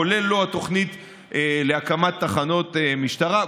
כולל לא התוכנית להקמת תחנות משטרה,